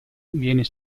viene